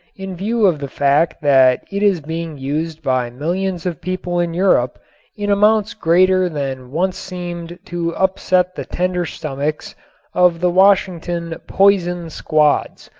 in view of the fact that it is being used by millions of people in europe in amounts greater than once seemed to upset the tender stomachs of the washington poison squads.